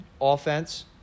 Offense